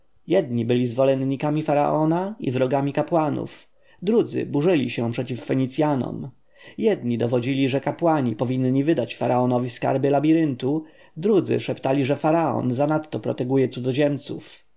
jedni byli stronnikami faraona i wrogami kapłanów drudzy burzyli się przeciw fenicjanom jedni dowodzili że kapłani powinni wydać faraonowi skarby labiryntu drudzy szeptali że faraon zanadto proteguje cudzoziemców